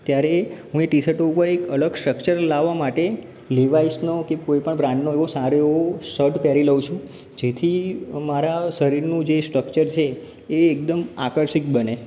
ત્યારે હું એ ટી શર્ટો ઉપર અલગ સ્ટ્રક્ચર લાવવા માટે લીવાઈઝનો કે કોઈપણ બ્રાન્ડનો એવો સારો એવો શર્ટ પહેરી લઉં છું જેથી મારા શરીરનું જે સ્ટ્રક્ચર છે એ એકદમ આકર્ષક બને